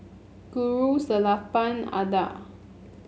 Guru Sellapan Atal